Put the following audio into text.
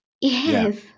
Yes